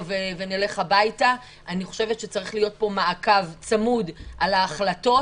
ונלך הביתה אלא אני חושבת שצריך להיות כאן מעקב צמוד על ההחלטות